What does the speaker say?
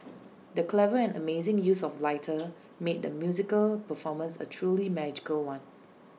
the clever and amazing use of lighting made the musical performance A truly magical one